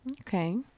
Okay